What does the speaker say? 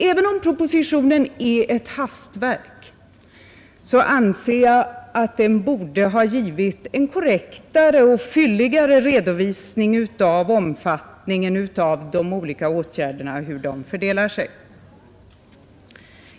Även om propositionen är ett hastverk, anser jag att den borde ha givit en korrektare och fylligare redovisning av omfattningen av de olika åtgärderna och hur dessa fördelar sig.